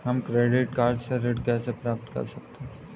हम credit card से ऋण कैसे प्राप्त कर सकते हैं?